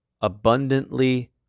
abundantly